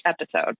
episode